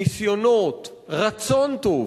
ניסיונות, רצון טוב,